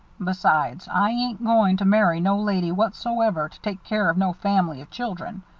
besides, i ain't goin' to marry no lady whatsoever to take care of no family of children.